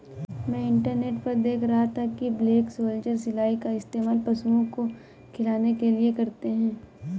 मैं इंटरनेट पर देख रहा था कि ब्लैक सोल्जर सिलाई का इस्तेमाल पशुओं को खिलाने के लिए करते हैं